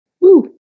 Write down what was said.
Woo